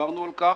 דיברנו על כך,